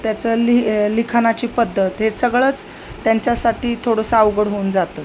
त्याचं लिहि लिखाणाची पद्धत हे सगळंच त्यांच्यासाठी थोडंसं अवघड होऊन जातं